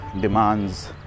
demands